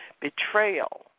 betrayal